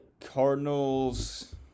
Cardinals